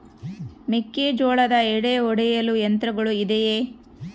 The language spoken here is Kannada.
ಮೆಕ್ಕೆಜೋಳದ ಎಡೆ ಒಡೆಯಲು ಯಂತ್ರಗಳು ಇದೆಯೆ?